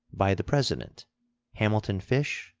by the president hamilton fish,